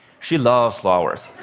she loves flowers.